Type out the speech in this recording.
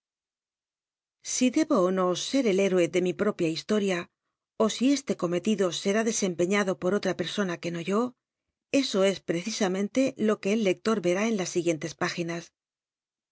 si debo ó no se el héroe da mi propia histoda ó si este cometido será desempeíiado pot oha persona c uc no yo eso es precisamente lo que el lector crá en las siguientes páginas